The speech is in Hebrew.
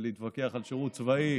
ולהתווכח על שירות צבאי